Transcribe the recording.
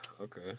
okay